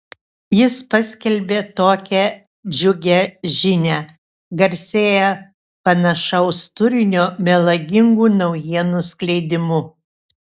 jis paskelbė tokią džiugią žinią garsėja panašaus turinio melagingų naujienų skleidimu